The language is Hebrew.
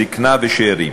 זקנה ושאירים